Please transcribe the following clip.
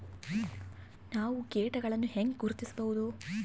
ನಾವು ಕೇಟಗಳನ್ನು ಹೆಂಗ ಗುರ್ತಿಸಬಹುದು?